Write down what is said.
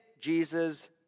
Jesus